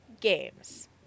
games